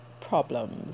problems